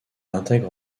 intègre